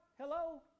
hello